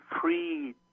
free